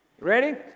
Ready